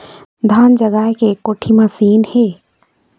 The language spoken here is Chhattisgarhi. धान जगाए के एको कोठी मशीन हे?